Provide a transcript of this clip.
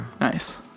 Nice